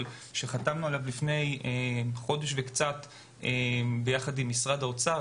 שחתמנו עליו לפני יותר מחודש יחד עם משרד האוצר,